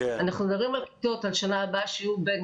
אנחנו מדברים על כיתות שבשנה הבאה יהיו בהן,